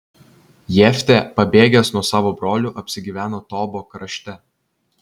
jeftė pabėgęs nuo savo brolių apsigyveno tobo krašte